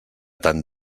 tant